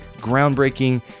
groundbreaking